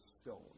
stone